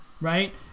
right